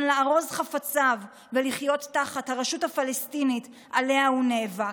לארוז את חפציו ולחיות תחת הרשות הפלסטינית שעליה הוא נאבק.